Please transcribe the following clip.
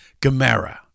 Gamera